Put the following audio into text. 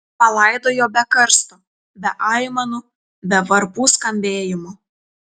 palaidojo be karsto be aimanų be varpų skambėjimo